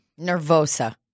Nervosa